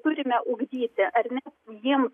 turime ugdyti ar ne jiems